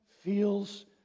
feels